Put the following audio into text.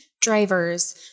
drivers